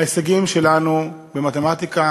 ההישגים שלנו במתמטיקה